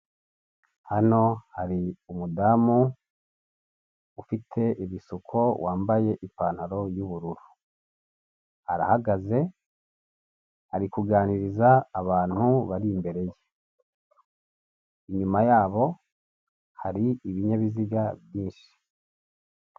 Hano hari umudamu ufite ibisuko wambaye ipantaro y'ubururu arahagaze arikuganiriza abantu bari imbere ye, inyuma yabo hari ibinyabiziga byinshi.